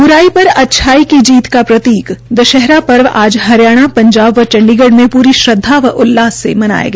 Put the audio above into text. ब्राई पर अच्छाई की जीत का प्रतीक दशहरा पर्व आज हरियाणा पंजाब व चंडीगढ़ में प्री श्रदधा व उल्लास से मनाया गया